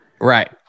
Right